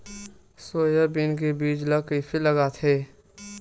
Soybean के बीज ल कइसे लगाथे?